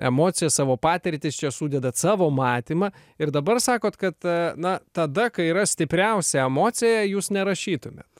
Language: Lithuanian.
emocijas savo patirtis čia sudedat savo matymą ir dabar sakot kad na tada kai yra stipriausia emocija jūs nerašytumėt